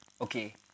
okay